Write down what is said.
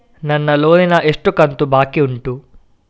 ನನ್ನ ಲೋನಿನ ಎಷ್ಟು ಕಂತು ಬಾಕಿ ಉಂಟು?